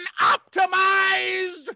optimized